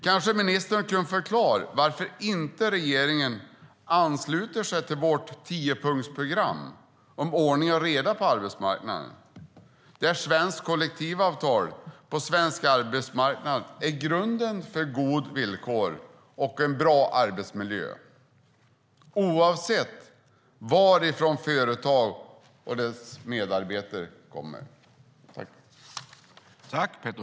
Kan ministern förklara varför regeringen inte ansluter sig till vårt tiopunktsprogram om ordning och reda på arbetsmarknaden, där svenska kollektivavtal på svensk arbetsmarknad är grunden för goda villkor och en bra arbetsmiljö oavsett varifrån företag och dess medarbetare kommer?